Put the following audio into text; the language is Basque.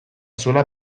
zuela